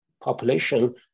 population